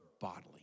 bodily